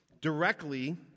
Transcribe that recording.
directly